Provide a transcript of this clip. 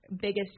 biggest